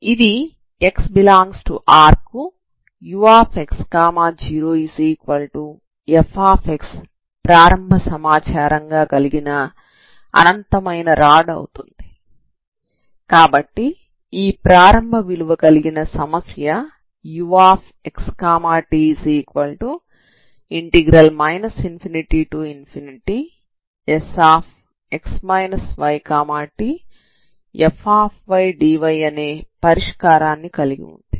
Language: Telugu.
ఇది x∈R కు ux0fx ప్రారంభ సమాచారంగా కలిగిన అనంతమైన రాడ్ అవుతుంది కాబట్టి ఈ ప్రారంభ విలువ కలిగిన సమస్య uxt ∞Sx ytfdy అనే పరిష్కారాన్ని కలిగి ఉంది